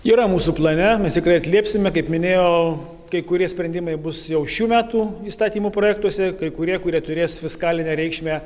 yra mūsų plane mes tikrai atliepsime kaip minėjau kai kurie sprendimai bus jau šių metų įstatymo projektuose kai kurie kurie turės fiskalinę reikšmę